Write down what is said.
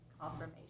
confirmation